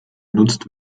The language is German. genutzt